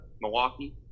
Milwaukee